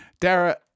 Dara